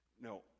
No